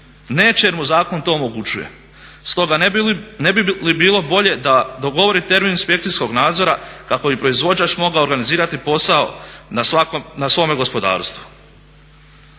Neće jer mu zakon to omogućuje. Stoga ne bi li bilo bolje da dogovori termin inspekcijskog nadzora kako bi proizvođač mogao organizirati posao na svome gospodarstvu.